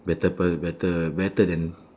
better per~ better better than